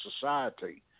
society